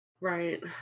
Right